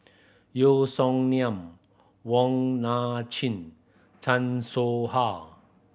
Yeo Song Nian Wong Nai Chin Chan Soh Ha